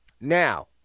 Now